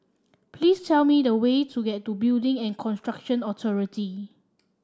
please tell me the way to get to Building and Construction Authority